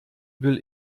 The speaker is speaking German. will